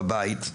בבית.